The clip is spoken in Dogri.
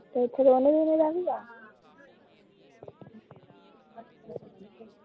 ते उत्थै रौह्ने रुह्ने दा बी ऐ